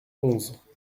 onze